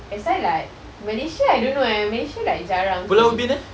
that's why like malaysia I don't know eh malaysia like jarang seh